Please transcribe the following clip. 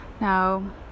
Now